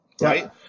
right